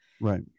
Right